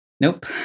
Nope